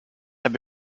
have